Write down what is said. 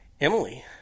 Emily